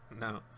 No